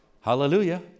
Hallelujah